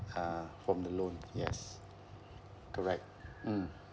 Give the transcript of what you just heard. uh from the loan yes correct mm